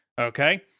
Okay